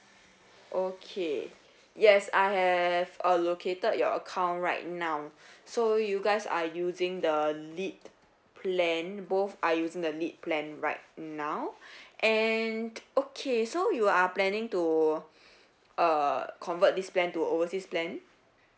okay yes I have uh located your account right now so you guys are using the lite plan both are using the lite plan right now and okay so you are planning to uh convert this plan to overseas plan